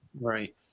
Right